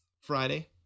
Friday